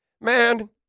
Man